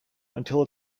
until